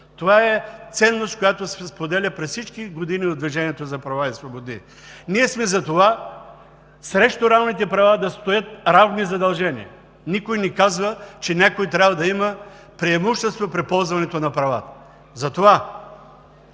Това е ценност, която се споделя през всички години от „Движението за права и свободи“. Ние сме за това, срещу равните права да стоят равни задължения. Никой не казва, че някой трябва да има преимущество при ползването на права, затова